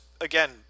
again